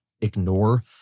ignore